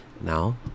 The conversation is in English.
now